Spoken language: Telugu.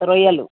రొయ్యలు